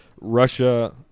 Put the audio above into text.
Russia